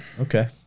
Okay